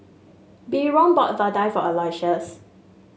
Byron bought Vadai for Aloysius